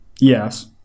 Yes